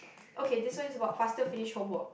okay this one is about faster finish homework